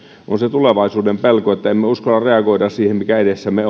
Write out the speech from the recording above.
on tulevaisuuden pelko emme uskalla reagoida siihen mikä edessämme